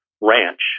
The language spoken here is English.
ranch